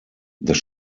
das